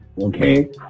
Okay